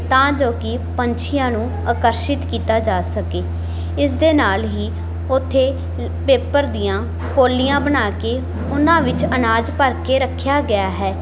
ਤਾਂ ਜੋ ਕਿ ਪੰਛੀਆਂ ਨੂੰ ਆਕਰਸ਼ਿਤ ਕੀਤਾ ਜਾ ਸਕੇ ਇਸ ਦੇ ਨਾਲ ਹੀ ਉੱਥੇ ਪੇਪਰ ਦੀਆਂ ਕੋਲੀਆਂ ਬਣਾ ਕੇ ਉਹਨਾਂ ਵਿੱਚ ਅਨਾਜ ਭਰ ਕੇ ਰੱਖਿਆ ਗਿਆ ਹੈ